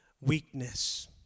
weakness